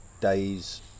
days